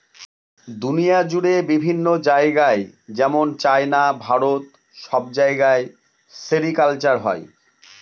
দুনিয়া জুড়ে বিভিন্ন জায়গায় যেমন চাইনা, ভারত সব জায়গায় সেরিকালচার হয়